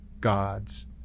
God's